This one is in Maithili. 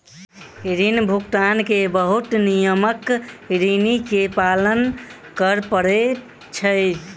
ऋण भुगतान के बहुत नियमक ऋणी के पालन कर पड़ैत छै